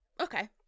Okay